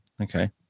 Okay